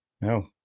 No